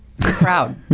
Proud